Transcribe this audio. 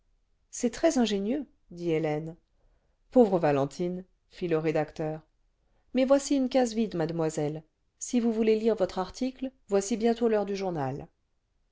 c'est très ingénieux dit hélène pauvre valentine fit le rédacteur mais voici une case vide mademoiselle si vous voulez lire votre article voici bientôt l'heure du journal